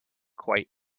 quite